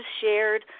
shared